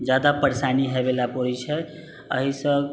जादा परेशानी होयला पड़ैत छै एहिसँ